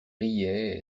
riait